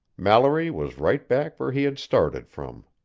mallory was right back where he had started from.